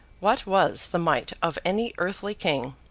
what was the might of any earthly king,